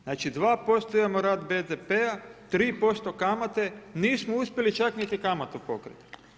Znači 2% imamo rast BDP-a, 3% kamate, nismo uspjeli čak niti kamatu pokriti.